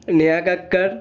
Neha Kakkar